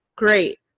great